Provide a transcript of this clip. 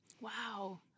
Wow